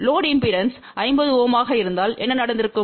load impedance 50 Ω ஆக இருந்தால் என்ன நடந்திருக்கும்